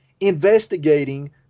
investigating